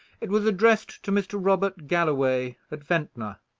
it was addressed to mr. robert galloway, at ventnor.